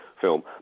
film